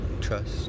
Trust